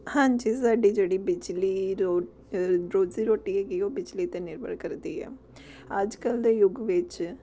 ਹਾਂਜੀ ਸਾਡੀ ਜਿਹੜੀ ਬਿਜਲੀ ਰੋਜ਼ੀ ਰੋਟੀ ਹੈਗੀ ਉਹ ਬਿਜਲੀ 'ਤੇ ਨਿਰਭਰ ਕਰਦੀ ਆ ਅੱਜ ਕੱਲ੍ਹ ਦੇ ਯੁੱਗ ਵਿੱਚ